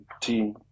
team